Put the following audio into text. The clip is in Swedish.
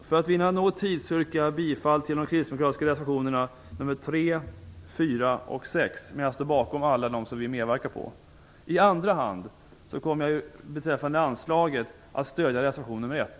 För att vinna tid yrkar jag bifall endast till de kristdemokratiska reservationerna nr 3, 4 och 6, men jag står bakom alla de reservationer som vi har medverkat i. Beträffande anslaget kommer vi i andra hand att stöda reservation nr 1.